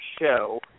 show